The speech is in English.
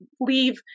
leave